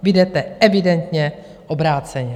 Vy jdete evidentně obráceně.